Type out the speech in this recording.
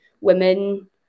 women